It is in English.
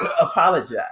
Apologize